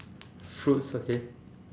fruits okay